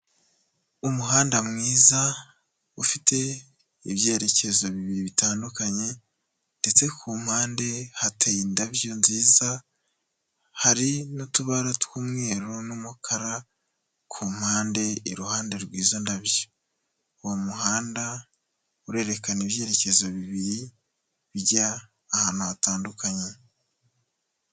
Umuhanda mwiza ufite ibyerekezo bibiri bitandukanye ndetse ku mpande hateye indabyo nziza, hari n'utubara tw'umweru n'umukara ku mpande iruhande rwizo ndabyo. Uwo muhanda urerekana ibyerekezo bibiri bijya ahantu hatandukanye.